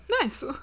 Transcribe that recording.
Nice